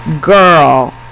girl